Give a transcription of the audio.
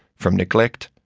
from neglect,